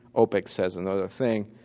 opec says another thing.